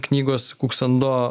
knygos kuksando